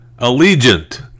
Allegiant